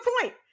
point